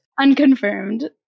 unconfirmed